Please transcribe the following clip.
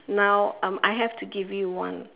now um I have to give you one